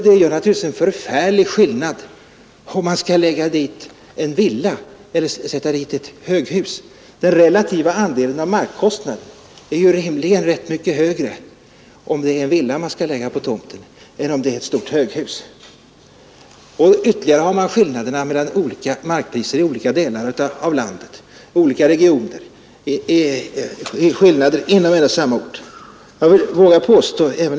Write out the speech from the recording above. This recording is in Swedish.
Det är naturligtvis en förfärlig skillnad, om man skall bygga en villa eller ett höghus. Markkostnadens relativa andel är rimligen rätt mycket högre, om det är en villa som skall uppföras på tomten än om det är ett stort höghus. Härtill kommer skillnaderna mellan markpriserna i olika delar av landet och skillnader inom en och samma ort.